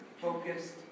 focused